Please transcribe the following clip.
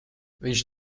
viņš